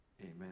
Amen